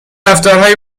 رفتارهایی